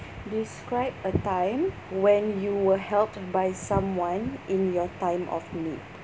describe a time when you were helped by someone in your time of need